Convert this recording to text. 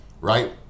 Right